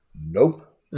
Nope